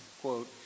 quote